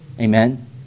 Amen